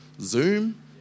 Zoom